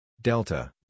Delta